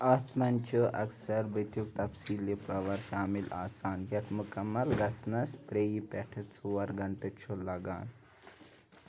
اتھ منٛز چھُ اکثر بُتھیُک تفصیٖلی پاور شٲمِل آسان یتھ مُکمل گَژھنَس ترٛیٚیہِ پیٚٚٹھٕ ژور گنٛٹہٕ چھُ لَگان